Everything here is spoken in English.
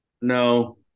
No